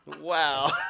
Wow